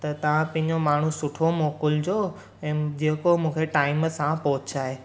त तव्हां पंहिंजो माण्हू सुठो मोकिलिजो ऐं जेको मूंखे टाइम सां पहुचाए